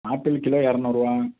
apple kilo இரநூறுவா